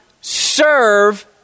serve